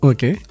Okay